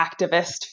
activist